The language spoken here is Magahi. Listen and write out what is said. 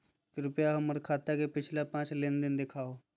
कृपया हमर खाता के पिछला पांच लेनदेन देखाहो